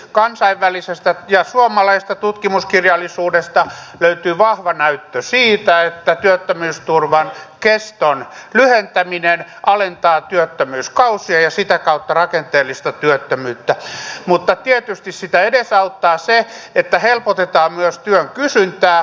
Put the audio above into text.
kansainvälisestä ja suomalaisesta tutkimuskirjallisuudesta löytyy vahva näyttö siitä että työttömyysturvan keston lyhentäminen alentaa työttömyyskausia ja sitä kautta rakenteellista työttömyyttä mutta tietysti sitä edesauttaa se että helpotetaan myös työn kysyntää